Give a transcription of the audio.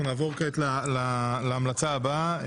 אנחנו נעבור כעת להמלצה הבאה.